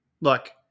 Look